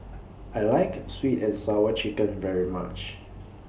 I like Sweet and Sour Chicken very much